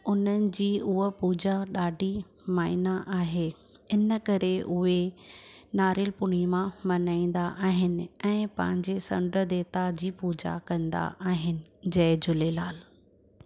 उन्हनि जी उहा पूजा ॾाढी मायना आहे इन करे उहे नारेलु पूर्णिमा मल्हाईंदा आहिनि ऐं पंहिंजे समुंडु देवता जी पूजा कंदा आहिनि जय झूलेलाल